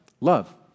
Love